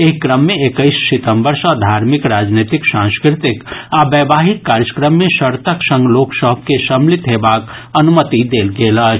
एहि क्रम मे एक्कैस सितम्बर सँ धार्मिक राजनीतिक सांस्कृतिक आ वैवाहिक कार्यक्रम मे शर्तक संग लोक सभ के सम्मिलित हेबाक अनुमति देल गेल अछि